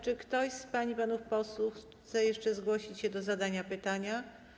Czy ktoś z pań i panów posłów chce jeszcze zgłosić się do zadania pytania?